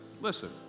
listen